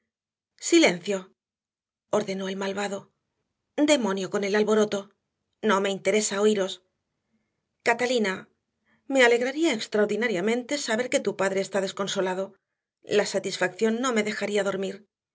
silencio ordenó el malvado demonio con el alboroto no me interesa oíros catalina me alegraría extraordinariamente saber que tu padre está desconsolado la satisfacción no me dejaría dormir